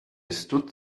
stood